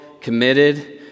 committed